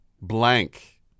blank